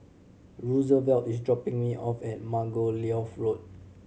Rosevelt is dropping me off at Margoliouth Road